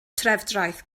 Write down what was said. trefdraeth